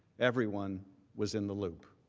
everyone was in the loop.